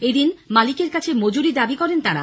এদিন মালিকের কাছে মজুরি দাবি করেন তাঁরা